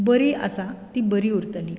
बरी आसा ती बरी उरतली